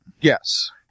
Yes